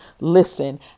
listen